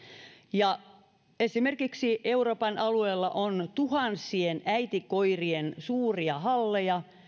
esimerkiksi euroopan alueella on tuhansien äitikoirien suuria halleja